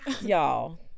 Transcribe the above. Y'all